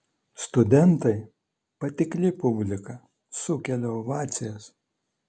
studentai patikli publika sukelia ovacijas